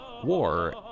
war